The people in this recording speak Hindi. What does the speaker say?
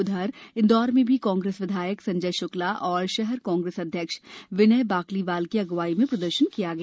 उधर इंदौर में भी कांग्रेस विधायक संजय शुक्ला और शहर कांग्रेस अध्यक्ष विनय बाकलीवाल की अगुवाई में प्रदर्शन किया गया